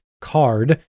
card